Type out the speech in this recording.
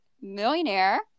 millionaire